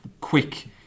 quick